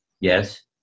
yes